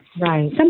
Right